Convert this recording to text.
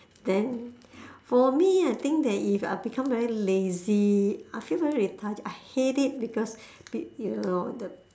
then for me I think there is I become very lazy I feel very lethargic I hate it because it you know the